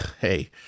hey